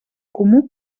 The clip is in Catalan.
comú